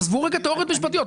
עזבו רגע תיאוריות משפטיות.